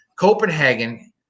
Copenhagen